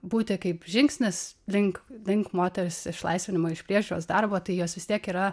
būti kaip žingsnis link link moters išlaisvinimo iš priežiūros darbo tai jos vis tiek yra